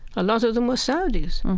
a lot of them are saudis.